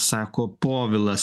sako povilas